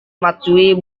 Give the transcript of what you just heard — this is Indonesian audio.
matsui